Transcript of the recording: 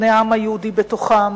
ובני העם היהודי בתוכם,